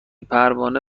پروانه